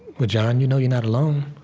well, john, you know you're not alone.